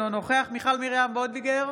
אינו נוכח מיכל מרים וולדיגר,